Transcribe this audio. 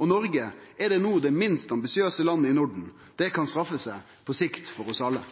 Og Noreg er no det minst ambisiøse landet i Norden, det kan straffe seg på sikt for oss alle.